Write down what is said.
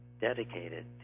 dedicated